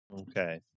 Okay